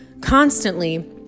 constantly